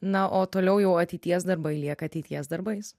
na o toliau jau ateities darbai lieka ateities darbais